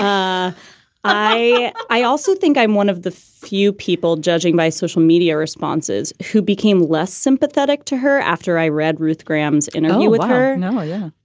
i i also think i'm one of the few people, judging by social media responses, who became less sympathetic to her after i read ruth graham's interview with her. no yeah,